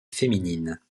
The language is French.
féminine